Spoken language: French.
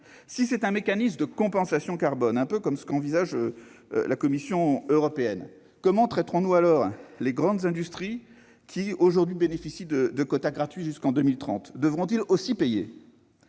Si un mécanisme de compensation carbone devait être instauré, un peu comme celui qu'envisage la Commission européenne, comment traiterions-nous alors les grandes industries qui, aujourd'hui, bénéficient de quotas gratuits jusqu'en 2030 ? Devraient-elles aussi payer ?